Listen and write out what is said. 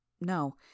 no